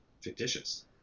fictitious